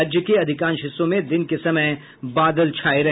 राज्य के अधिकांश हिस्सों में दिन के समय बादल छाये रहे